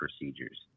procedures